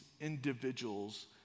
individuals